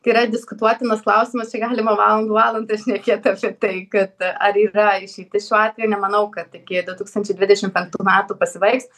tai yra diskutuotinas klausimas čia galima valandų valandas šnekėt apie tai kad ar yra išeitis šiuo atveju nemanau kad iki du tūkstančiai dvidešim penktų metų pasibaigs